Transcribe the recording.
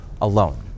alone